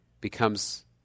becomes